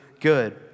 good